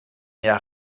der